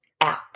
out